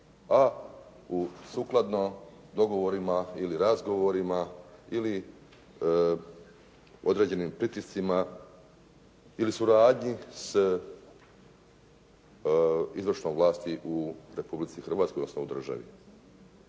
a sukladno dogovorima ili razgovorima ili određenim pritiscima ili suradnji s izvršnom vlasti u Republici Hrvatskoj, odnosno u državi.